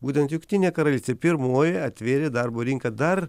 būtent jungtinė karalystė pirmoji atvėrė darbo rinką dar